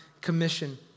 commission